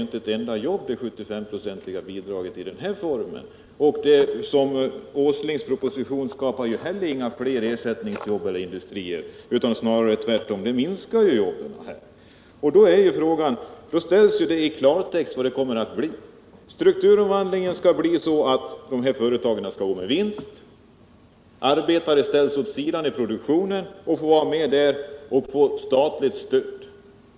Det 75-procentiga bidraget i den här formen skapar inte ett enda jobb. Åslings proposition skapar ju heller inga flera ersättningsjobb eller industrier. Snarare tvärtom! Den minskar ju antalet jobb. Där framställs i klartext vad det kommer att bli. Strukturomvandlingen skall bli sådan att dessa företag skall gå med vinst, arbetare ställs åt sidan i produktionen och får vara med för att få statligt stöd.